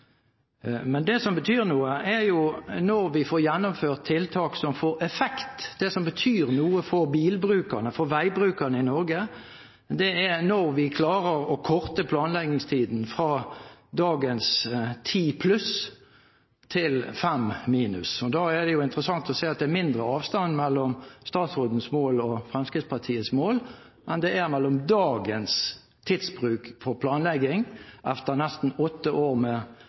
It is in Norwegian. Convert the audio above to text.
Men det som betyr noe, er jo når vi får gjennomført tiltak som har effekt. Det som betyr noe for bilbrukerne og veibrukerne i Norge, er når vi klarer å korte ned planleggingstiden fra dagens ti pluss til fem minus. Da er det interessant å se at det er mindre avstand mellom statsrådens mål og Fremskrittspartiets mål enn det er mellom dagens tidsbruk for planlegging, etter nesten åtte år med